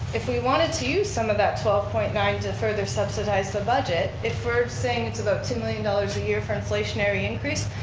if we wanted to use some of that twelve point nine to further subsidize the budget, if we're saying it's about two million dollars a year for inflationary increase,